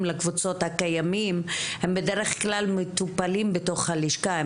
לקבוצות הם בדרך כלל מטופלים בתוך הלשכה.